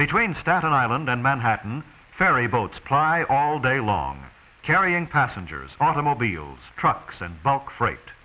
between staten island and manhattan ferry boats ply all day long carrying passengers automobiles trucks and bulk fre